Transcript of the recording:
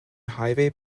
highway